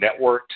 networked